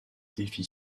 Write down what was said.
défi